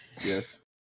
Yes